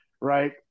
Right